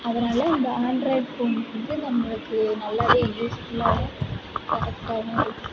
அதனால இந்த Android phone வந்து நம்மளுக்கு நல்லா யூஸ்ஃபுல்லாக கரெக்ட்டாவும் இருக்கு